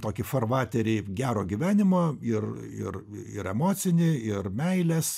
tokį farvaterį gero gyvenimo ir ir ir emocinį ir meilės